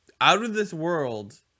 out-of-this-world